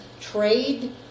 trade